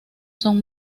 son